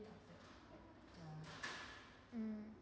mm